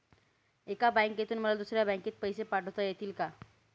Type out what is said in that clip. एका बँकेतून मला दुसऱ्या बँकेत पैसे पाठवता येतील का?